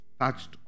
touched